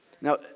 Now